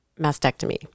mastectomy